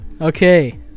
okay